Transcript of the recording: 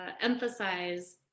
emphasize